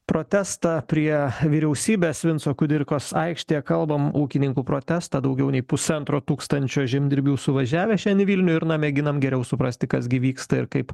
protestą prie vyriausybės vinco kudirkos aikštėje kalbam ūkininkų protestą daugiau nei pusantro tūkstančio žemdirbių suvažiavę šiandien į vilnių ir na mėginam geriau suprasti kas gi vyksta ir kaip